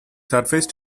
surface